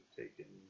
taken